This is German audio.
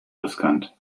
riskant